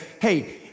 hey